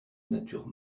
nature